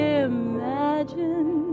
imagine